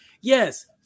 yes